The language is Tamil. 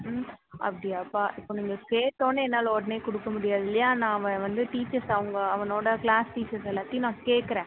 ம் அப்படியாப்பா இப்போ நீங்கள் கேட்டோன்னே என்னால் உடனே கொடுக்க முடியாது இல்லையா நான் அவன் வந்து டீச்சர்ஸை அவங்க அவனோட க்ளாஸ் டீச்சர்ஸ் எல்லார்டையும் நான் கேட்குறேன்